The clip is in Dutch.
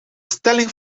stelling